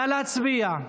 נא להצביע.